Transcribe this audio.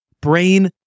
brain